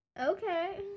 Okay